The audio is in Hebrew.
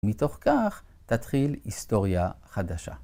מתוך כך תתחיל היסטוריה חדשה.